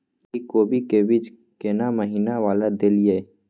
इ कोबी के बीज केना महीना वाला देलियैई?